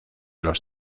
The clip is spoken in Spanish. los